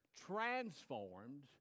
Transformed